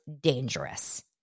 dangerous